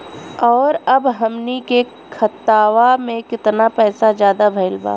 और अब हमनी के खतावा में कितना पैसा ज्यादा भईल बा?